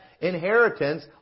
inheritance